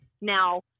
Now